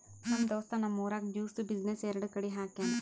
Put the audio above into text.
ನಮ್ ದೋಸ್ತ್ ನಮ್ ಊರಾಗ್ ಜ್ಯೂಸ್ದು ಬಿಸಿನ್ನೆಸ್ ಎರಡು ಕಡಿ ಹಾಕ್ಯಾನ್